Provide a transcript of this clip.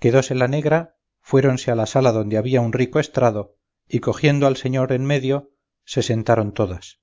quedóse la negra fuéronse a la sala donde había un rico estrado y cogiendo al señor en medio se sentaron todas